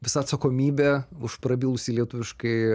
visa atsakomybė už prabilusį lietuviškai